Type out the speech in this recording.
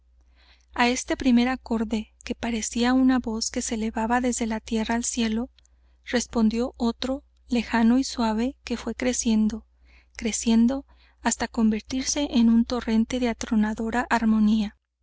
a este primer acorde que padecía una voz que se elevaba desde la tierra al cielo respondió otro lejano y suave que fué creciendo creciendo hasta convertirse en un torrente de atronadora armonía